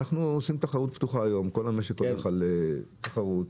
כל המשק פתוח לתחרות.